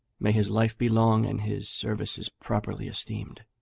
may his life be long, and his services properly esteemed!